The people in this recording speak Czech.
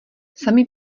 sami